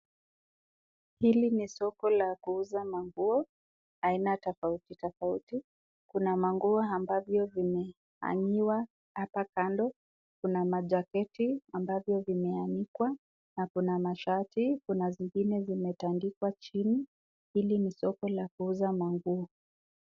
Hili ni soko la kuuza maguo aina tafauti tafauti. Kuna maguo ambazo zimeaniwa hapa kando, kuna majeketi ambazo zimeanikwa na kuna mashati na kuna zingine zimetandikwa chini. Hili ni soko la kuuza manguo.